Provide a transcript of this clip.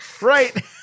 Right